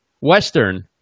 Western